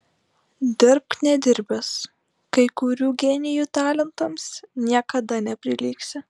dirbk nedirbęs kai kurių genijų talentams niekada neprilygsi